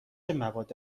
مواد